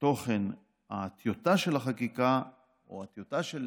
תוכן הטיוטה של החקיקה או הטיוטה של